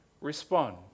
respond